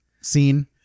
scene